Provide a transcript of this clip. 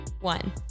one